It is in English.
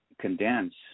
condense